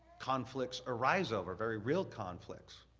conflicts arise over, very real conflicts.